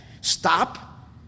Stop